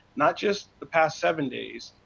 not just the past seven days.